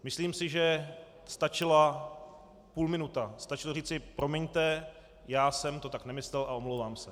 Myslím si, že stačila půlminuta, stačilo říci: Promiňte, já jsem to tak nemyslel a omlouvám se.